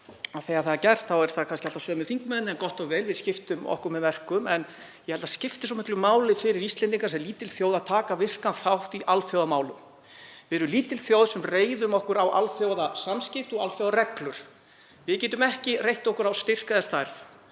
þegar það er gert eru það kannski alltaf sömu þingmenn. En gott og vel, við skiptum með okkur verkum. Ég held að það skipti svo miklu máli fyrir Íslendinga sem litla þjóð að taka virkan þátt í alþjóðamálum. Við erum lítil þjóð sem reiðum okkur á alþjóðasamskipti og alþjóðareglur. Við getum ekki reitt okkur á styrk eða stærð